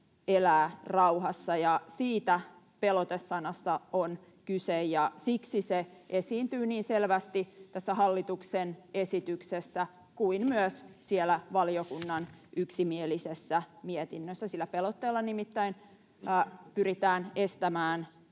elää rauhassa. Siitä pelote-sanassa on kyse, ja siksi se esiintyy niin selvästi tässä hallituksen esityksessä kuin myös siellä valiokunnan yksimielisessä mietinnössä. Sillä pelotteella nimittäin pyritään estämään